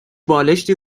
بالشتی